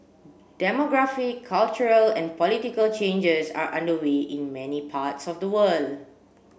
demographic cultural and political changes are underway in many parts of the world